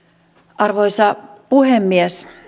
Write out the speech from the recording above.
arvoisa puhemies